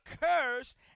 cursed